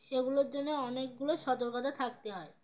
সেগুলোর জন্য অনেকগুলো সতর্কতা থাকতে হয়